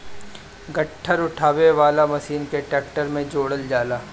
गट्ठर उठावे वाला मशीन के ट्रैक्टर में जोड़ल जाला